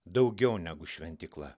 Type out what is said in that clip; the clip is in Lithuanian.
daugiau negu šventykla